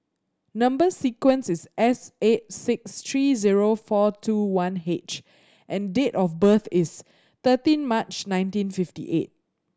number sequence is S eight six three zero four two one H and date of birth is thirteen March nineteen fifty eight